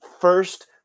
first